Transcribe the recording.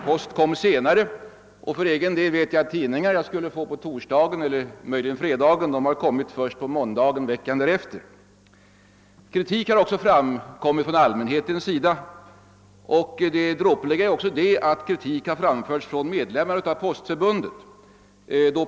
Posten kom senare, och som exempel kan jag nämna att tidningar som jag skulle få på torsdagen eller möjligen Kritik har också framförts från allmänheten, och det dråpliga är att kritik också har framförts från medlemmar av Svenska postförbundet.